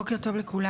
בוקר טוב לכולם.